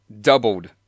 doubled